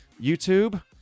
YouTube